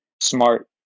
smart